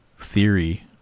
theory